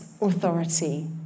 authority